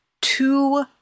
two